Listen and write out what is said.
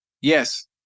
Yes